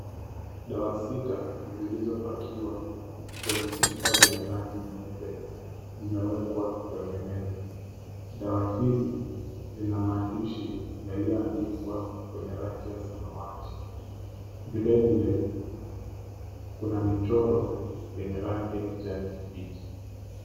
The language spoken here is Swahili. Dawa sita zilizopakiwa kwenye chupa zenye rangi nyeupe zimewekwa kwenye meza. Dawa hizi zina maandishi yaliyoandikwa kwenye rangi ya samawati. Vilevile kuna michoro yenye rangi ya kijani kibichi.